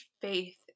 faith